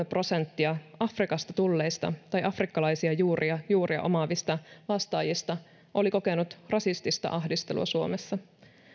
prosenttia afrikasta tulleista tai afrikkalaisia juuria juuria omaavista vastaajista oli kokenut rasistista ahdistelua suomessa